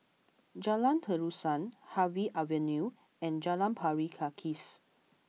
Jalan Terusan Harvey Avenue and Jalan Pari Kikis